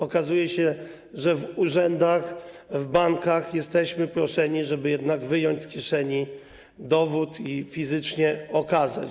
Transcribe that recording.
Okazuje się, że w urzędach, w bankach jesteśmy proszeni, żeby jednak wyjąć z kieszeni dowód i fizycznie go okazać.